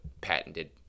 patented